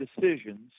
decisions